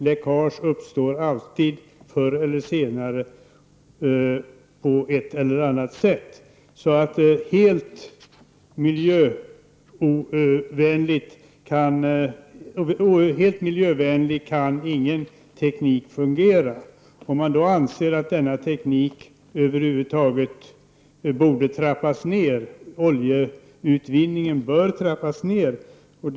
Läckage uppstår alltid förr eller senare på ett eller annat sätt. Helt miljövänligt kan ingen teknik fungera. Vi bör trappa ner oljeanvändningen i Sverige.